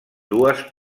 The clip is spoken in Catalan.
dues